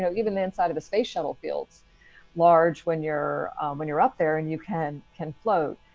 know, even the inside of a space shuttle field's large when you're when you're up there and you can can float.